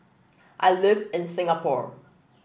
I live in Singapore